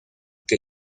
que